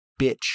bitch